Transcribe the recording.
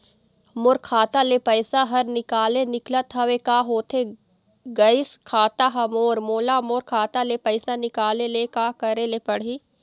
मोर खाता ले पैसा हर निकाले निकलत हवे, का होथे गइस खाता हर मोर, मोला मोर खाता ले पैसा निकाले ले का करे ले पड़ही?